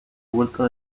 vuelta